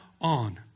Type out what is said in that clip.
on